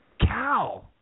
Cow